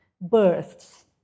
births